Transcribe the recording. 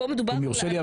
אם יורשה לי,